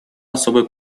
особой